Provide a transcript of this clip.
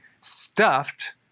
stuffed